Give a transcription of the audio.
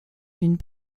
une